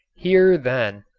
here, then,